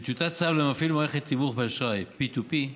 וטיוטת צו למפעיל מערכת תיווך באשראי, P2P,